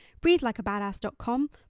breathelikeabadass.com